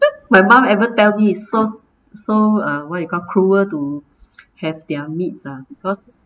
my mum ever tell me it's so so uh what you call cruel to have their meats ah because